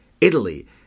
Italy